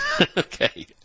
Okay